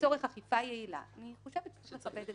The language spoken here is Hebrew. לצורך אכיפה יעילה, אני חושבת שצריך לאפשר את זה.